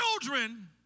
Children